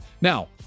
Now